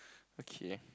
okay